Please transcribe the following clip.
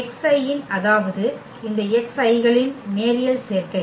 xi இன் அதாவது இந்த xi களின் நேரியல் சேர்க்கை